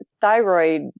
thyroid